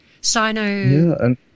Sino